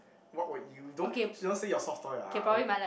what would you don't don't say your soft toy ah I will